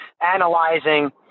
analyzing